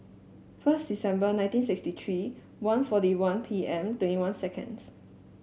first December nineteen sixty three one forty one P M twenty one seconds